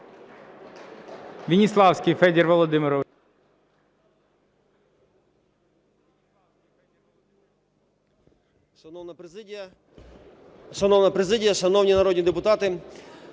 Веніславський Федір Володимирович.